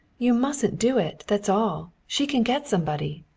you mustn't do it, that's all! she can get somebody.